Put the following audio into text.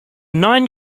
nine